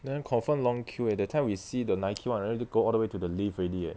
then confirm long queue eh that time we see the nike [one] I already go all the way to the lift already eh